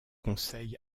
conseil